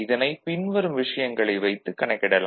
இதனைப் பின்வரும் விஷயங்களை வைத்துக் கணக்கிடலாம்